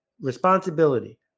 responsibility